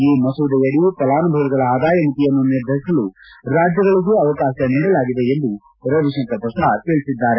ಈ ಮಸೂದೆಯಡಿ ಫಲಾನುಭವಿಗಳ ಆದಾಯ ಮಿತಿಯನ್ನು ನಿರ್ಧರಿಸಲು ರಾಜ್ಯಗಳಿಗೆ ಅವಕಾಶ ನೀಡಲಾಗಿದೆ ಎಂದು ರವಿಶಂಕರ್ ಪ್ರಸಾದ್ ತಿಳಿಸಿದ್ದಾರೆ